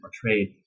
portrayed